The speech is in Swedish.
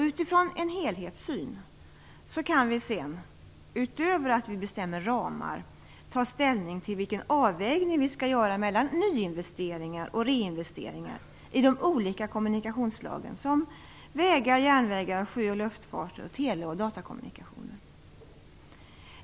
Utifrån en helhetssyn kan vi, utöver att vi bestämmer ramar, ta ställning till vilken avvägning vi skall göra mellan nyinvesteringar och reinvesteringar i de olika kommunikationsslagen, som vägar, järnvägar, sjö och luftfart, tele och datakommunikation.